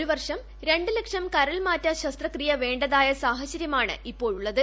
ഒരുവർഷം രൂലക്ഷം കരൾമാറ്റ ശസ്ത്രക്രിയ വേതായ സാഹചര്യമാണ് ഇപ്പോഴുള്ളത്